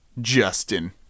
Justin